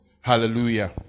Hallelujah